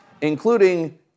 including